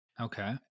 Okay